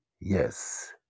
Yes